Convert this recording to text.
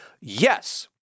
Yes